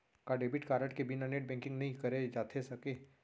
का debit card के बिना नेट बैंकिंग नई करे जाथे सके?